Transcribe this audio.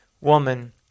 woman